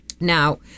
Now